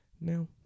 now